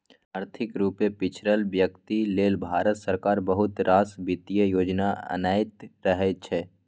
आर्थिक रुपे पिछरल बेकती लेल भारत सरकार बहुत रास बित्तीय योजना अनैत रहै छै